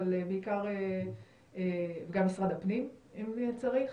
גם משרד הפנים אם צריך,